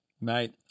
Mate